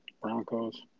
Broncos